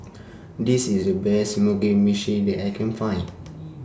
This IS The Best Mugi Meshi that I Can Find